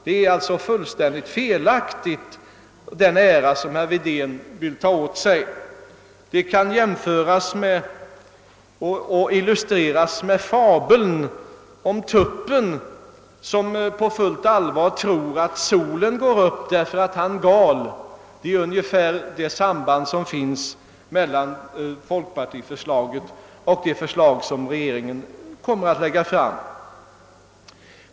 Det är alltså fullständigt felaktigt att påstå att herr Wedén kan ta åt sig äran av ifrågavarande förslag. Det kan illustreras med fabeln om tuppen som på fullt allvar tror att solen går upp därför att han gal. Det är ungefär det samband som finns mellan folkpartiförslaget och det förslag som regeringen kommer att lägga fram.